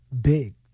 big